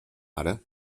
ara